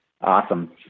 Awesome